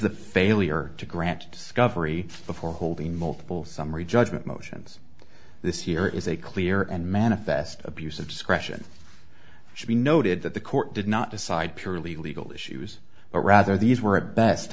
the failure to grant discovery before holding multiple summary judgment motions this year is a clear and manifest abuse of discretion should be noted that the court did not decide purely legal issues but rather these were at best